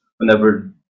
whenever